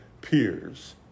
peers